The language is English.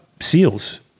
SEALs